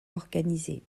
organisée